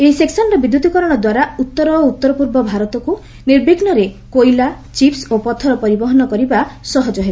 ଏହି ସେକ୍ସନର ବିଦ୍ୟୁତିକରଣ ଦ୍ୱାରା ଉତ୍ତର ଓ ଉତ୍ତରପୂର୍ବ ଭାରତକୁ ନିର୍ବିଘ୍ନରେ କୋଇଲା ଚିପ୍ସ ଓ ପଥର ପରିବହନ କରିବା ସହଜ ହେବ